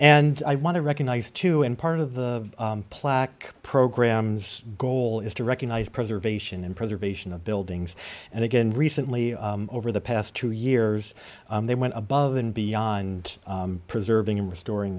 and i want to recognize too in part of the plaque programs goal is to recognize preservation and preservation of buildings and again recently over the past two years they went above and beyond preserving and restoring